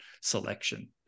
selection